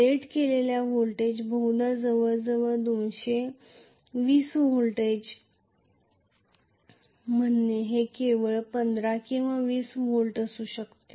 rate केलेले voltage बहुधा जवळजवळ 220 व्होल्ट म्हणणे हे केवळ 15 किंवा 20 व्होल्ट असू शकते